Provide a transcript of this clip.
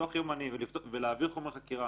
לפתוח יומנים ולהביא חומרי חקירה.